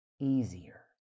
easier